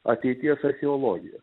ateities archeologija